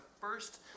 first